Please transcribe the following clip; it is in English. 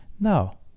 Now